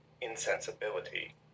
insensibility